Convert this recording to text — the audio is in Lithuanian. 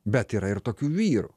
bet yra ir tokių vyrų